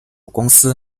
公司